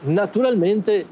naturalmente